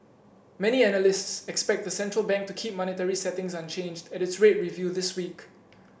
many analysts expect the central bank to keep monetary settings unchanged at its rate review this week